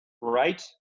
right